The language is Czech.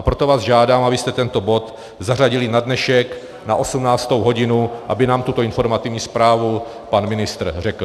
Proto vás žádám, abyste tento bod zařadili na dnešek na 18. hodinu, aby nám tuto informativní zprávu pan ministr řekl.